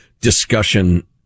discussion